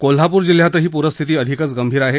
कोल्हापूर जिल्ह्यातही पूरस्थिती अधिकच गंभीर झाली आहे